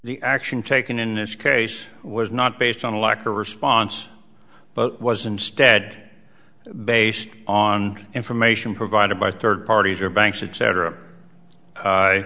the action taken in this case was not based on a lack or response but was instead based on information provided by third parties or banks